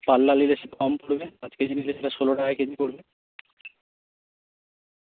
আপনি কম পড়বে পাঁচ কেজি নিলে সেটা ষোলো টাকা কেজি পড়বে